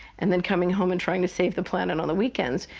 and then coming home and trying to save the planet on the weekends,